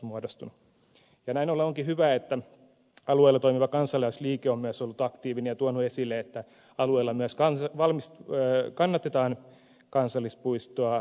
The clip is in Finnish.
näin ollen onkin hyvä että alueella toimiva kansalaisliike on ollut myös aktiivinen ja tuonut esille sen että alueella myös kannatetaan kansallispuistoa